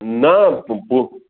न प् पु